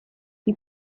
die